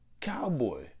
cowboy